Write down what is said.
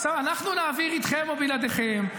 עכשיו אנחנו נעביר איתכם או בלעדיכם,